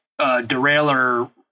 derailleur